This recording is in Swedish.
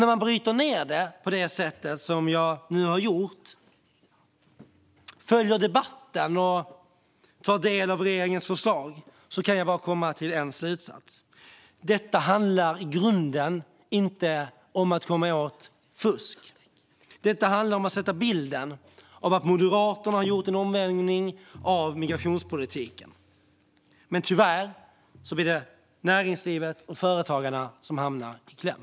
När man bryter ned det hela på det sätt som jag nu har gjort, följer debatten och tar del av regeringens förslag kan jag bara komma till en slutsats: Detta handlar i grunden inte om att komma åt fusk. Detta handlar om att sätta bilden av att Moderaterna har gjort en omvälvning av migrationspolitiken. Men tyvärr blir det näringslivet och företagarna som hamnar i kläm.